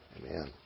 Amen